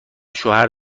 شوهر